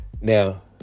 Now